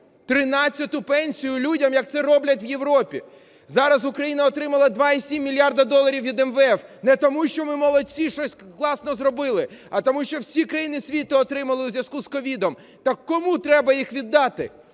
пенсію людям, як це роблять в Європі. Зараз Україна отримала 2,7 мільярда доларів від МВФ, не тому що ми молодці, щось класно зробили, а тому що всі країни світу отримали у зв'язку з COVID. Так кому треба їх віддати?